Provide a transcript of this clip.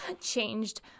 changed